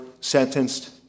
sentenced